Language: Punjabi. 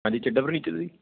ਹਾਂਜੀ ਚੱਡਾ ਫਰਨੀਚਰ ਜੀ